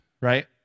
right